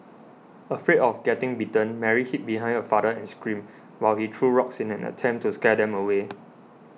afraid of getting bitten Mary hid behind her father and screamed while he threw rocks in an attempt to scare them away